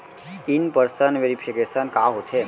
In person verification का होथे?